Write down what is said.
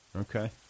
Okay